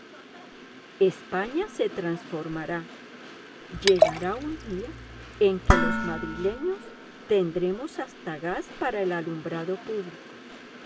españa se transformará llegará un día en que los madrileños tendremos hasta gas para el alumbrado público